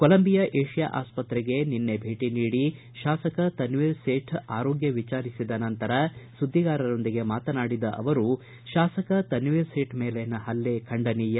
Colombia Asia ಆಸ್ಪತ್ರೆಗೆ ನಿನ್ನೆ ಭೇಟಿ ನೀಡಿ ಶಾಸಕ ತನ್ನೀರ್ ಸೇಠ್ ಆರೋಗ್ಗ ವಿಚಾರಿಸಿದ ನಂತರ ಸುದ್ದಿಗಾರರೊಂದಿಗೆ ಮಾತನಾಡಿದ ಅವರು ಶಾಸಕ ತನ್ನೀರ್ ಸೇಠ್ ಮೇಲಿನ ಪಲ್ಲೆ ಖಂಡನೀಯ